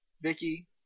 Vicky